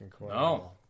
No